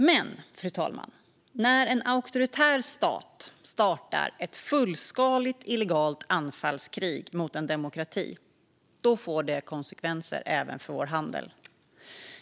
Men, fru talman, när en auktoritär stat startar ett fullskaligt, illegalt anfallskrig mot en demokrati får det konsekvenser även för vår handel.